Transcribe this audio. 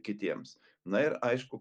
kitiems na ir aišku